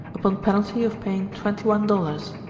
upon penalty of paying twenty one dollars.